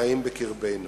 החיים בקרבנו.